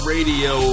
Radio